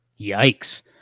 Yikes